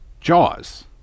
Jaws